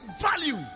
value